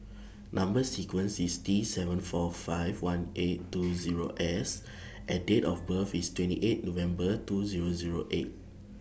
Number sequence IS T seven four five one eight two Zero S and Date of birth IS twenty eight November two Zero Zero eight